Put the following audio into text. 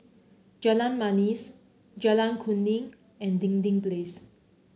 Jalan Manis Jalan Kuning and Dinding Place